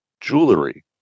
Jewelry